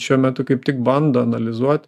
šiuo metu kaip tik bando analizuot